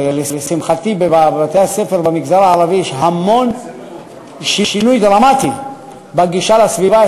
ולשמחתי בבתי-הספר במגזר הערבי יש שינוי דרמטי בגישה לסביבה,